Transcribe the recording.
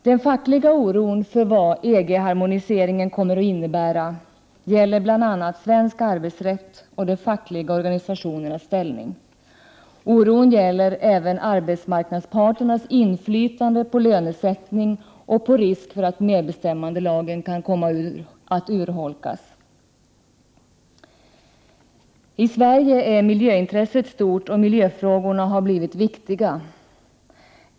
Den fackliga oron för vad EG-harmoniseringen kommer att innebära gäller bl.a. svensk arbetsrätt och de fackliga organisationernas ställning. Oron gäller även arbetsmarknadsparternas inflytande på lönesättningen och risk för att medbestämmandelagen urholkas. I Sverige är miljöintresset stort, och miljöfrågorna har blivit viktiga.